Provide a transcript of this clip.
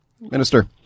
Minister